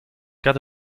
cas